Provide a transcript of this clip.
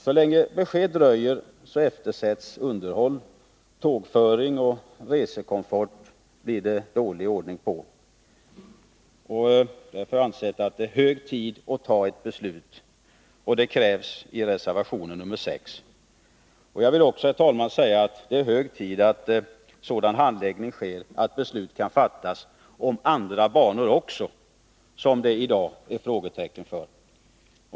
Så länge ett besked dröjer eftersätts underhållet och tågföringen, och resekomforten blir det dålig ordning på. Det är hög tid att fatta ett beslut, och detta krävs i reservationen nr 6. Jag vill också, herr talman, säga att det är hög tid att sådan handläggning sker att beslut kan fattas också om andra banor för vilka vi i dag har satt frågetecken.